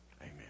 Amen